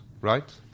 right